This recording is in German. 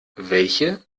welche